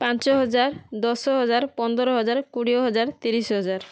ପାଞ୍ଚ ହଜାର ଦଶ ହଜାର ପନ୍ଦର ହଜାର କୋଡ଼ିଏ ହଜାର ତିରିଶ ହଜାର